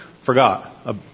Forgot